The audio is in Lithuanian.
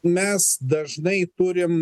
mes dažnai turim